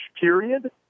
period